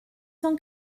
cent